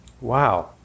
Wow